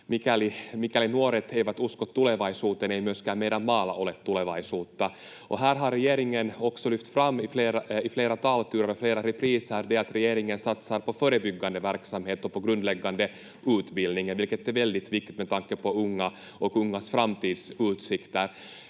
mikäli nuoret eivät usko tulevaisuuteen, ei myöskään meidän maalla ole tulevaisuutta. Här har regeringen också lyft fram i flera talturer och flera repriser att regeringen satsar på förebyggande verksamhet och på grundläggande utbildning, vilket är väldigt viktigt med tanke på unga och ungas framtidsutsikter.